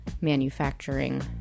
manufacturing